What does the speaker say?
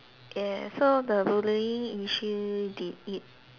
yes so the bullying issue they it